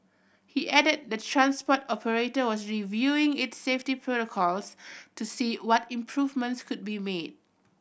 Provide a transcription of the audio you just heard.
he added the transport operator was reviewing its safety protocols to see what improvements could be made